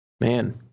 Man